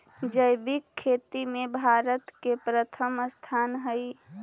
जैविक खेती में भारत के प्रथम स्थान हई